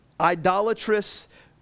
idolatrous